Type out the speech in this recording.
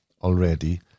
already